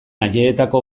ajeetako